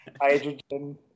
Hydrogen